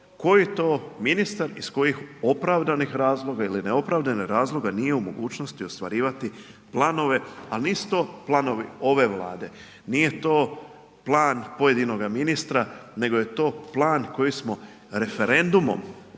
koji to ministar iz kojih opravdanih razloga ili neopravdanih razloga nije u mogućnosti ostvarivati planove. Ali nisu to planovi ove Vlade, nije to plan pojedinoga ministra nego je to plan koji smo referendumom